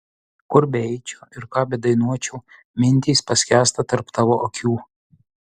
kur beeičiau ir ką bedainuočiau mintys paskęsta tarp tavo akių